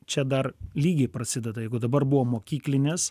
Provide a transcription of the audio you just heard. čia dar lygiai prasideda jeigu dabar buvo mokyklinis